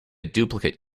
duplicate